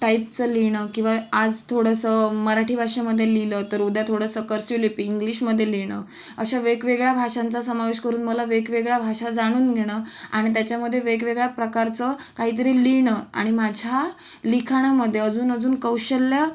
टाईपचं लिहिणं किंवा आज थोडंसं मराठी भाषेमध्ये लिहिलं तर उद्या थोडंसं कर्स्यू लिपी इंग्लिशमध्ये लिहिणं अशा वेगवेगळ्या भाषांचा समावेश करून मला वेगवेगळ्या भाषा जाणून घेणं आणि त्याच्यामध्ये वेगवेगळ्या प्रकारचं काहीतरी लिहिणं आणि माझ्या लिखाणामध्ये अजून अजून कौशल्य